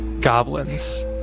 goblins